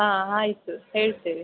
ಹಾಂ ಆಯಿತು ಹೇಳ್ತೇವೆ